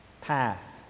path